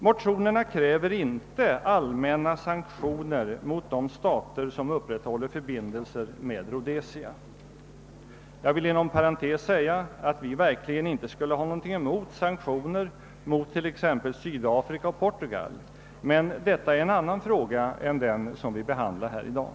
Motionerna kräver inte allmänna sanktioner mot de stater som upprätthåller förbindelser med Rhodesia. Jag vill inom parentes säga att vi verkligen inte skulle ha något emot sanktioner mot t.ex. Sydafrika och Portugal, men detta är en annan fråga än den vi behandlar här i dag.